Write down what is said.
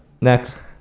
Next